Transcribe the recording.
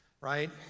right